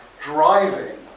driving